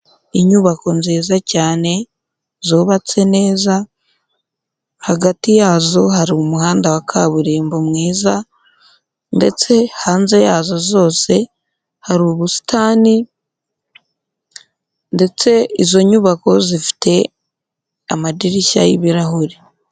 Inyubako nziza cyane zubatse neza hagati yazo hari umuhanda wa kaburimbo mwiza ndetse hanze yazo zose hari ubusitani ndetse izo nyubako zifite amadirishya y'ibirahuri.